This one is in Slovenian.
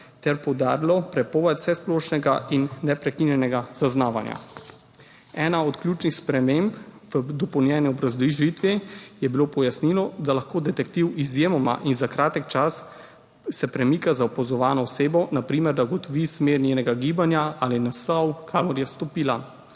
ter poudarilo prepoved vsesplošnega in neprekinjenega zaznavanja. Ena od ključnih sprememb v dopolnjeni obrazložitvi je bilo pojasnilo, da se lahko detektiv izjemoma in za kratek čas premika za opazovano osebo, na primer, da ugotovi smer njenega gibanja ali naslov, kamor je vstopila.